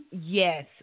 yes